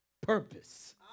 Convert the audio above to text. purpose